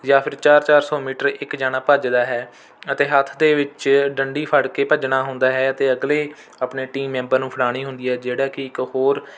ਜਾਂ ਫਿਰ ਚਾਰ ਚਾਰ ਸੌ ਮੀਟਰ ਇੱਕ ਜਣਾ ਭੱਜਦਾ ਹੈ ਅਤੇ ਹੱਥ ਦੇ ਵਿੱਚ ਡੰਡੀ ਫੜਕੇ ਭੱਜਣਾ ਹੁੰਦਾ ਹੈ ਅਤੇ ਅਗਲੇ ਆਪਣੇ ਟੀਮ ਮੈਂਬਰ ਨੂੰ ਫੜਾਉਣੀ ਹੁੰਦੀ ਹੈ ਜਿਹੜਾ ਕਿ ਇੱਕ ਹੋਰ